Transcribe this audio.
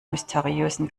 mysteriösen